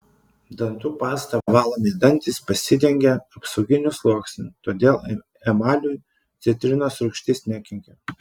dantų pasta valomi dantys pasidengia apsauginiu sluoksniu todėl emaliui citrinos rūgštis nekenkia